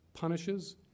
punishes